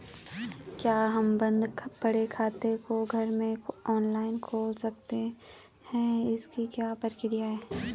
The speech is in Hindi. क्या हम बन्द पड़े खाते को घर में ऑनलाइन खोल सकते हैं इसकी क्या प्रक्रिया है?